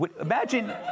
Imagine